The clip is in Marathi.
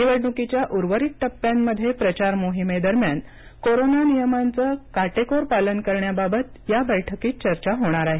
निवडणुकीच्या उर्वरित टप्प्यांमध्ये प्रचार मोहिमेदरम्यान कोरोना नियमांचं काटेकोर पालन करण्याबाबत या बैठकीत चर्चा होणार आहे